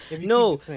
No